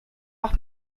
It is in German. auch